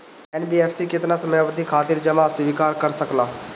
NBFC केतना समयावधि खातिर जमा स्वीकार कर सकला?